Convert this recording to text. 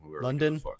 London